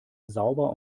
sauber